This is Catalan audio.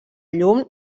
llum